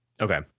Okay